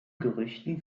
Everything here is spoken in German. gerüchten